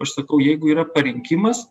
aš sakau jeigu yra parinkimas